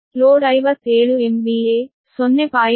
load 57 MVA 0